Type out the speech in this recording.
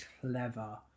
clever